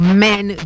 men